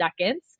seconds